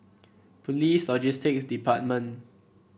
Police Logistics Department